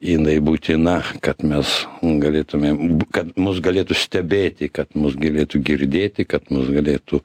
jinai būtina kad mes galėtumėm kad mus galėtų stebėti kad mus galėtų girdėti kad mus galėtų